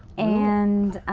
and